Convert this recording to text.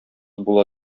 була